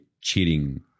cheating